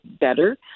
better